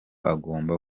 agomba